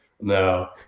No